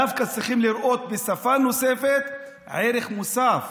הם דווקא צריכים לראות בשפה נוספת ערך מוסף,